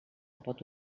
pot